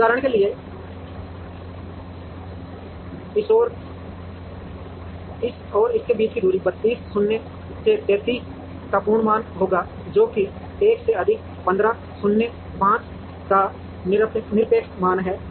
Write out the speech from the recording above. अब उदाहरण के लिए इस और इस के बीच की दूरी 32 शून्य से 33 का पूर्ण मान होगी जो कि 1 से अधिक 15 शून्य 5 का निरपेक्ष मान है